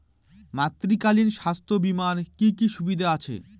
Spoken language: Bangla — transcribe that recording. মাতৃত্বকালীন স্বাস্থ্য বীমার কি কি সুবিধে আছে?